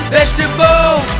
Vegetable